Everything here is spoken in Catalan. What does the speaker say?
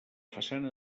façana